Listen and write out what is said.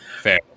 fair